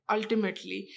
Ultimately